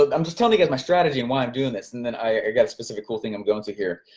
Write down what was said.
ah i'm just telling you guys my strategy and why i'm doing this, and then i got a specific cool thing i'm go into here.